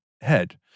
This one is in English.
head